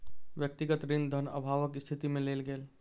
व्यक्तिगत ऋण धन अभावक स्थिति में लेल गेल